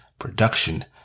production